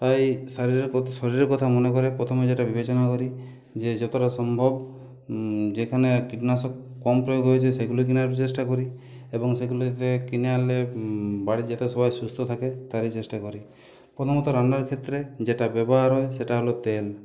তাই শারীরে কোথ শরীরের কথা মনে করে প্রথমে যেটা বিবেচনা করি যে যতটা সম্ভব যেখানে কীটনাশক কম প্রয়োগ হয়েছে সেগুলি কেনার চেষ্টা করি এবং সেগুলি যাতে কিনে আনলে বাড়ির যাতে সবাই সুস্থ থাকে তারই চেষ্টা করি প্রথমত রান্নার ক্ষেত্রে যেটা ব্যবহার হয় সেটা হল তেল